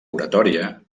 oratòria